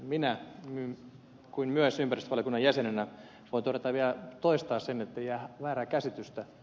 minä myös ympäristövaliokunnan jäsenenä voin vielä toistaa ettei jää väärää käsitystä